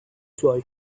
suoi